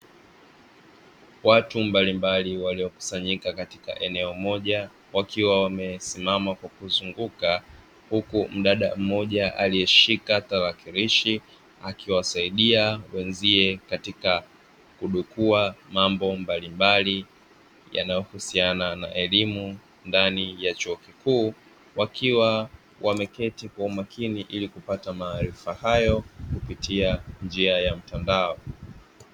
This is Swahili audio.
Watu mbalimbali waliokusanyika katika eneo moja wakiwa wamesimama kwa kuzunguka huku mdada mmoja aliyeshika tarakirishi akiwasaidia wenzie katika kudukua mambo mbalimbali yanayohusiana na elimu ndani ya chuo kikuu, wakiwa wameketi kwa umakini ili kupata maarifa hayo kupitia njia ya mtandao.